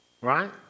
right